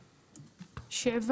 7,